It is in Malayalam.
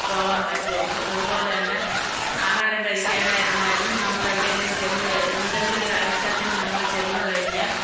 പോവാൻ പറ്റുള്ളൂ അതുപോലെ തന്നെ ആഹാരം കഴിക്കാനായിരുന്നാലും നമ്മൾ എവിടെയെങ്കിലും ചെന്ന് എന്തെങ്കിലും ഒരാവശ്യത്തിന് നമ്മൾ ചെന്ന് കഴിഞ്ഞാൽ